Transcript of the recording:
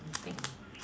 eh